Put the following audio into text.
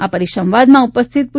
આ પરિસંવાદમાં ઉપલેસ્થત પૂ